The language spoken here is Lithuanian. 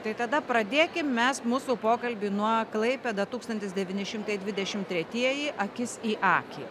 tai tada pradėkim mes mūsų pokalbį nuo klaipėda tūkstantis devyni šimtai dvidešimt tretieji akis į akį